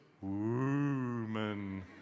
woman